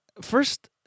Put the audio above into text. first